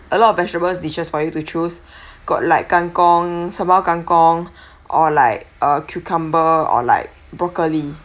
a lot of vegetable dishes for you to choose got like kang kong sambal kang kong or like uh cucumber or like broccoli